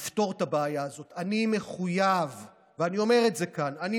החוק הזו עברה בקריאה טרומית ב-2017.